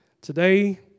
Today